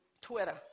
Twitter